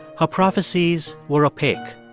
her prophecies were opaque.